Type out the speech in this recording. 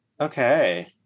Okay